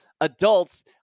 adults